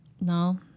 No